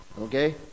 okay